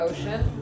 Ocean